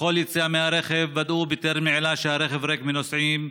בכל יציאה מהרכב ודאו בטרם נעילה שהרכב ריק מנוסעים.